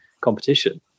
competition